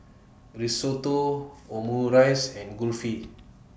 Risotto Omurice and Kulfi